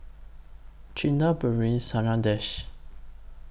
Chanda Bellur Sundaresh